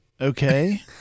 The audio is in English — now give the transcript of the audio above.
Okay